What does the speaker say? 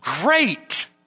Great